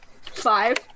Five